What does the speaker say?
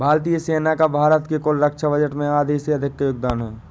भारतीय सेना का भारत के कुल रक्षा बजट में आधे से अधिक का योगदान है